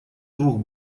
двух